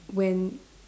when